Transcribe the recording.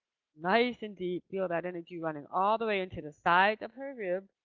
nice and deep. feel that energy running all the way into the sides of her ribs.